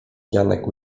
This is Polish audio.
janek